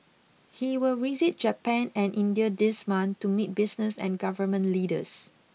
he will visit Japan and India this month to meet business and government leaders